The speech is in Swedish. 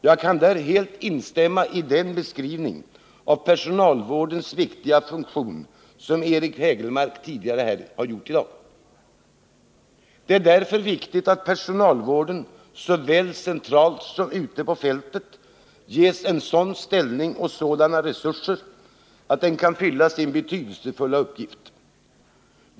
Jag kan helt instämma i den beskrivning av personalvårdens viktiga funktion som Eric Hägelmark gjorde tidigare i dag. Det är därför viktigt att personalvården såväl centralt som ute på fältet ges en sådan ställning och sådana resurser att den kan fylla sin betydelsefulla uppgift.